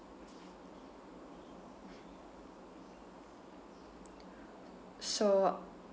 so